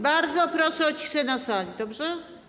Bardzo proszę o ciszę na sali, dobrze?